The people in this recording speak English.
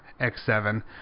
X7